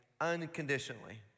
unconditionally